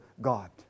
God